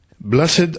Blessed